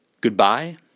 Goodbye